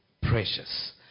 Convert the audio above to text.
precious